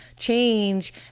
change